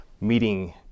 meeting